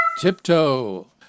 Tiptoe